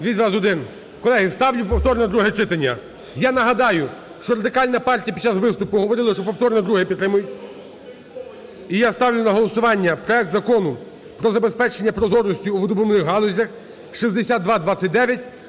За-221 Колеги, ставлю повторне друге читання. Я нагадаю, що Радикальна партія під час виступу говорили, що повторне друге підтримують. І я ставлю проект Закону про забезпечення прозорості у видобувних галузях (6229),